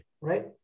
right